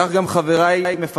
כך גם מפקדי, חברי ופקודי